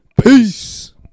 Peace